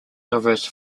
diverse